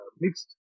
mixed